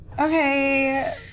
Okay